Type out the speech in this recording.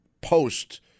post